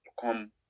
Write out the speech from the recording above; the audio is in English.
come